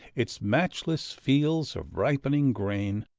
its matchless fields of ripening grain,